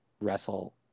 wrestle